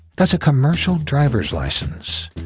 that's a commercial driver's license.